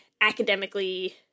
academically